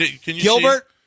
Gilbert